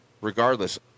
Regardless